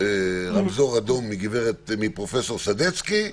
רמזור אדום מפרופ' סדצקי,